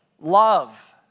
love